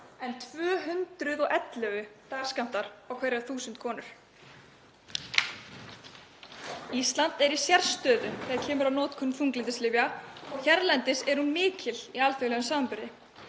en 211 dagskammtar á hverjar 1.000 konur. Ísland er í sérstöðu þegar kemur að notkun þunglyndislyfja og hérlendis er hún mikil í alþjóðlegum samanburði.